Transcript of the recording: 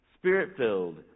spirit-filled